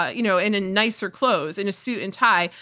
ah you know, in nicer clothes, in a suit and tie.